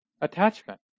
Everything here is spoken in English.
attachment